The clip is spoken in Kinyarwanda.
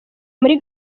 muri